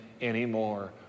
anymore